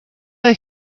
vez